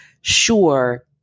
sure